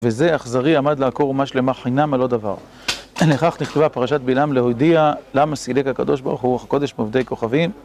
וזה האכזרי עמד לעקור משלמה חינם על עוד דבר. לכך נכתבה פרשת בלעם להודיע, למה סילק הקדוש ברוך הוא רוח הקודש מעובדי כוכבים.